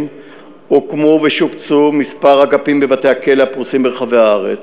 הוקמו ושופצו כמה אגפים בבתי-הכלא הפרוסים ברחבי הארץ.